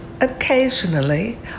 occasionally